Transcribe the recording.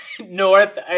North